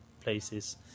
places